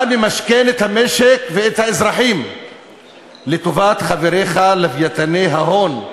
אתה ממשכן את המשק ואת האזרחים לטובת חבריך לווייתני ההון,